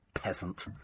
Peasant